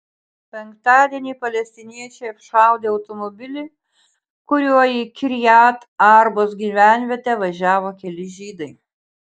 penktadienį palestiniečiai apšaudė automobilį kuriuo į kirjat arbos gyvenvietę važiavo keli žydai